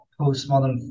postmodern